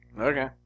Okay